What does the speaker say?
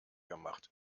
gemacht